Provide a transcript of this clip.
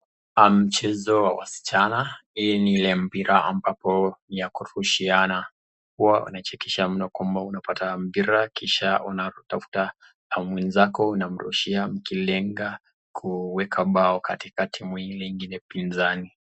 Aa mchezo wa wasichana, hii ni ile mpira wa kurushiana huwa wanachekesha mno unapata mpira kisha unatafuta mwenzako unamrushia mkilenga kuweka bao katika timu ile ingine pinzani.